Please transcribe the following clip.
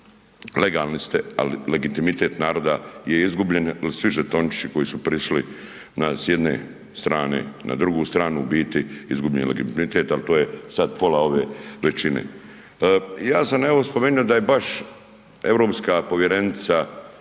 legalni ste ali legitimitet naroda je izgubljen jer svi žetončići koji su prešli s jedne strane na drugu, u biti izgubljen je legitimitet ali to je sad pola ove većine. Ja sam evo spomenuo da je baš europska povjerenica